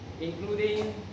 including